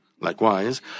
Likewise